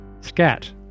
Scat